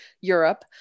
Europe